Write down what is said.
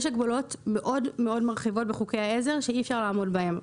יש הגבלות מאוד מאוד מרחיבות בחוקי העזר שאי אפשר לעמוד בהן.